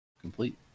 Complete